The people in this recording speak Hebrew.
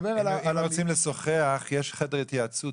העלויות שאנחנו מודדים הן לא עלויות תקציביות,